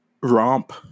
romp